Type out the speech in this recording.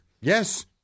Yes